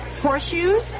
Horseshoes